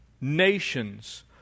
nations